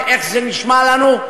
ואיך זה נשמע לנו: